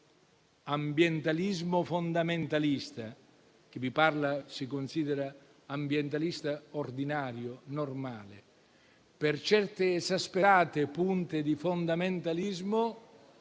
ambientalismo fondamentalista - chi vi parla si considera ambientalista ordinario, normale -, per certe esasperate punte di fondamentalismo,